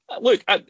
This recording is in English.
look